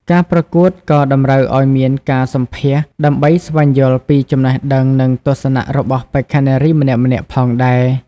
ការប្រកួតក៏តម្រូវឲ្យមានការសម្ភាសន៍ដើម្បីស្វែងយល់ពីចំណេះដឹងនិងទស្សនៈរបស់បេក្ខនារីម្នាក់ៗផងដែរ។